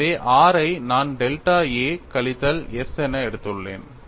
எனவே r ஐ நான் டெல்டா a கழித்தல் s என கொடுத்துள்ளேன்